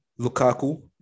Lukaku